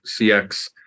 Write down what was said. CX